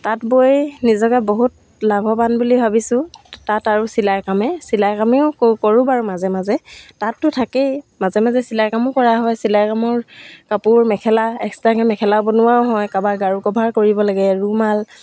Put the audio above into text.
তাঁত বৈ নিজকে বহুত লাভৱান বুলি ভাবিছোঁ তাঁত আৰু চিলাই কামে চিলাই কামেও ক কৰোঁ বাৰু মাজে মাজে তাঁততো থাকেই মাজে মাজে চিলাই কামো কৰা হয় চিলাই কামৰ কাপোৰ মেখেলা এক্সট্ৰাকৈ মেখেলা বনোৱাও হয় কাৰোবাৰ গাৰু কভাৰ কৰিব লাগে ৰুমাল